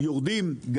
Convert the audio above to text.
יורדים,